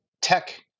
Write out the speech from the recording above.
tech